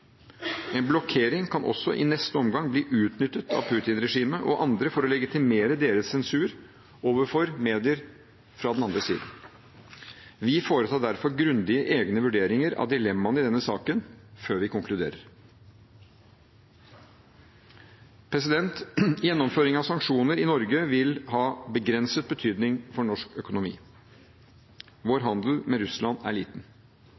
En blokkering kan også i neste omgang bli utnyttet av Putin-regimet og andre for å legitimere deres sensur overfor medier fra den andre siden. Vi foretar derfor grundige egne vurderinger av dilemmaene i denne saken, før vi konkluderer. Gjennomføring av sanksjoner i Norge vil ha begrenset betydning for norsk økonomi. Vår handel med Russland er liten.